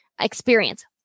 experience